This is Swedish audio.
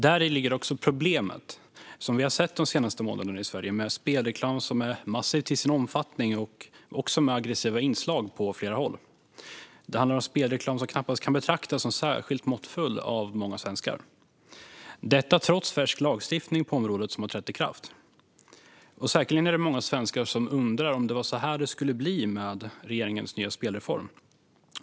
Däri ligger också det problem som vi har sett de senaste månaderna i Sverige med spelreklam som är massiv till sin omfattning och som på sina håll också har aggressiva inslag. Det handlar om spelreklam som knappast kan betraktas som särskilt måttfull av många svenskar - detta trots färsk lagstiftning som har trätt i kraft på området. Säkerligen är det många svenskar som undrar om det var så här det skulle bli med regeringens nya spelreform.